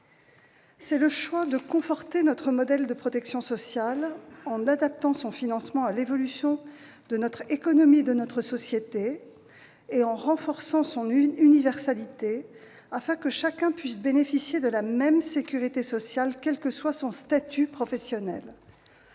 fait le choix de conforter notre modèle de protection sociale en adaptant son financement à l'évolution de notre économie et de notre société et en renforçant son universalité, afin que chacun puisse bénéficier de la même sécurité sociale quel que soit son statut professionnel.